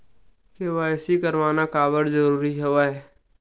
KYC करवाना काबर जरूरी हवय?